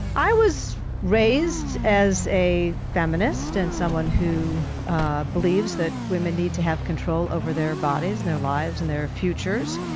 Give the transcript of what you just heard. i was raised as a feminist and someone who ah believes that women need to have control over their bodies and their lives and their futures.